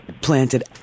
planted